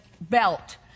belt